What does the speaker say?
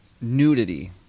nudity